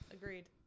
Agreed